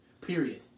Period